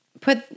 put